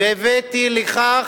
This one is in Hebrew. והבאתי לכך